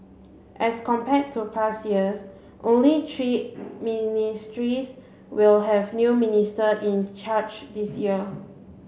as compared to past years only three ministries will have new minister in charge this year